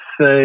say